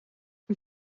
een